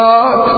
God